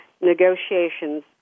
negotiations